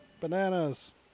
Bananas